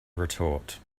retort